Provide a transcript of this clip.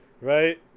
right